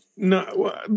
No